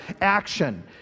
action